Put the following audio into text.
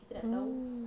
mm